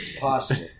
Possible